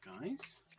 guys